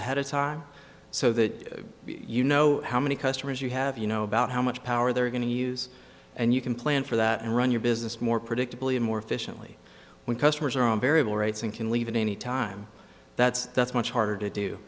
ahead of time so that you know how many customers you have you know about how much power they're going to use and you can plan for that and run your business more predictably and more efficiently when customers are on variable rates and can leave at any time that's that's much harder to do